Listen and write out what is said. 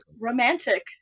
romantic